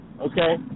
Okay